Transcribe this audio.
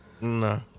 No